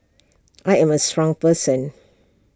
I am A strong person